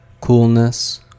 coolness